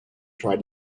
tried